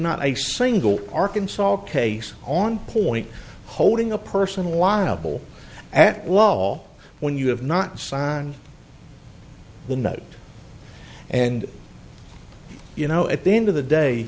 not a single arkansas case on point holding a person liable at wall when you have not signed the note and you know at the end of the day